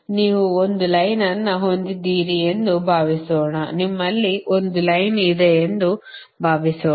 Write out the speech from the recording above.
ನೀವು ಒಂದು ಲೈನ್ ಅನ್ನು ಹೊಂದಿದ್ದೀರಿ ಎಂದು ಭಾವಿಸೋಣ ನಿಮ್ಮಲ್ಲಿ ಒಂದು ಲೈನ್ ಇದೆ ಎಂದು ಭಾವಿಸೋಣ